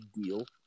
deal